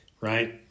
right